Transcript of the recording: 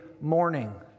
morning